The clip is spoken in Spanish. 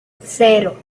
cero